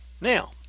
Now